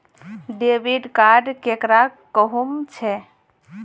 Debit card केकरा कहुम छे?